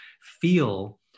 feel